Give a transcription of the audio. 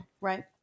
Right